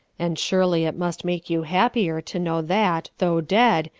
and surely it must make you happier to know that, though dead,